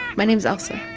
my name's elsa.